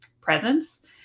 presence